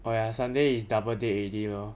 oh ya sunday is double date already lor